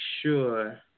sure